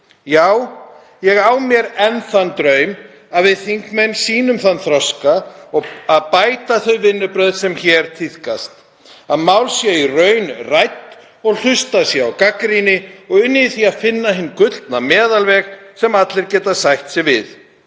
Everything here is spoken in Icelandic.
Já, ég á mér enn þann draum að við þingmenn sýnum þann þroska að bæta þau vinnubrögð sem hér tíðkast, að mál séu í raun rædd og að hlustað sé á gagnrýni og unnið í því að finna hinn gullna meðalveg sem allir geta sætt sig við.